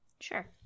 Sure